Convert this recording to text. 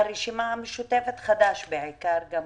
הרשימה המשותפת, חד"ש בעיקר.